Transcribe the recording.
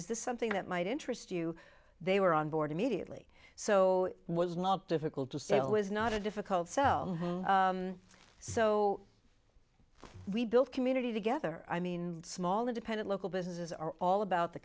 is this something that might interest you they were on board immediately so was not difficult to sell was not a difficult sell so we built community together i mean small independent local businesses are all about the